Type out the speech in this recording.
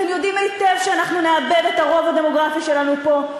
אתם יודעים היטב שאנחנו נאבד את הרוב הדמוגרפי שלנו פה,